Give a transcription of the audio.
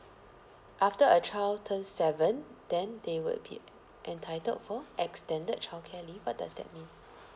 after a child turn seven then they would be entitled for extended childcare leave what does that mean